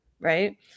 Right